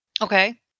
Okay